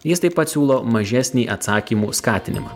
jis taip pat siūlo mažesnį atsakymų skatinimą